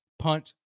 punt